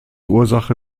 ursache